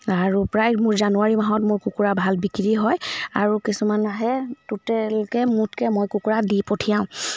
আৰু প্ৰায় মোৰ জানুৱাৰী মাহত মোৰ কুকুৰা ভাল বিক্ৰী হয় আৰু কিছুমান আহে টোটেলকৈ মুঠকৈ মই কুকুৰা দি পঠিয়াওঁ